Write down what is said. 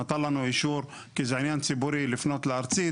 נתן לנו אישור כי זה עניין ציבורי, לפנות לארצית.